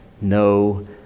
no